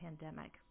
pandemic